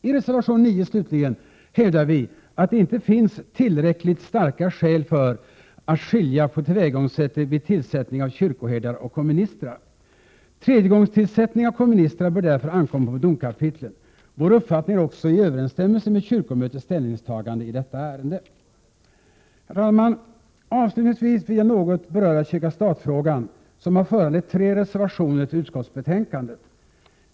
I reservation 9, slutligen, hävdar vi att det inte finns tillräckligt starka skäl för att skilja på tillvägagångssättet vid tillsättning av kyrkoherdar och komministrar. Tredjegångstillsättning av komministrar bör därför ankomma på domkapitlen. Vår uppfattning står också i överensstämmelse med kyrkomötets ställningstagande i detta ärende. Herr talman! Avslutningsvis vill jag något beröra kyrka-stat-frågan, som har föranlett tre reservationer till utskottsbetänkandet.